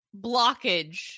blockage